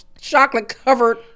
chocolate-covered